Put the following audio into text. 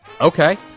Okay